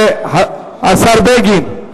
השר בגין,